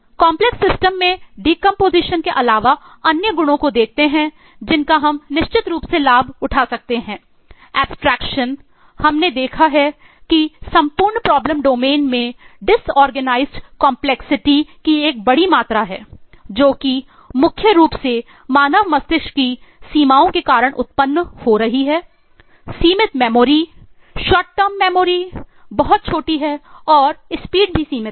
complex system हमने देखी है की संपूर्ण प्रॉब्लम डोमेन भी सीमित है